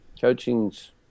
Coaching's